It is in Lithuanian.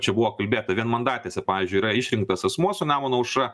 čia buvo kalbėta vienmandatėse pavyzdžiui yra išrinktas asmuo su nemuno aušra